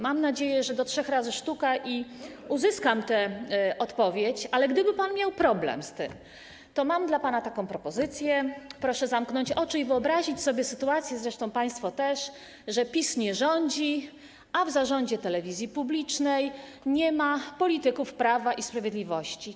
Mam nadzieję, że do trzech razy sztuka i uzyskam tę odpowiedź, ale gdyby pan miał z tym problem, to mam dla pana taką propozycję: proszę zamknąć oczy i wyobrazić sobie sytuację - zresztą państwo też - że PiS nie rządzi, a w zarządzie telewizji publicznej nie ma polityków Prawa i Sprawiedliwości.